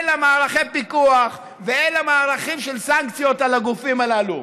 אין לה מערכי פיקוח ואין לה מערכים של סנקציות על הגופים הללו.